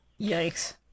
Yikes